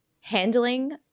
handling